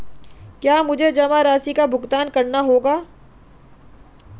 क्या मुझे जमा राशि का भुगतान करना होगा?